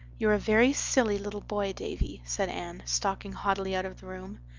you're a very silly little boy, davy, said anne, stalking haughtily out of the room.